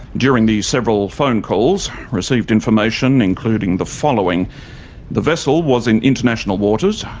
during the several phone calls, received information including the following the vessel was in international waters,